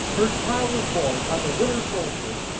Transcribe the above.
her child was born on the winter solstice,